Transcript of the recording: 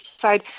decide